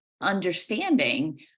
understanding